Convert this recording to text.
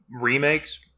remakes